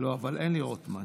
אין לי רוטמן.